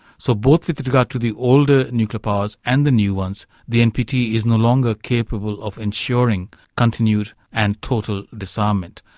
so both with regard to the older nuclear powers and the new ones, the npt is no longer capable of ensuring continued and total disarmament.